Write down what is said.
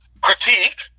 critique